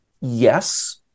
yes